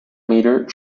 metre